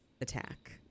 attack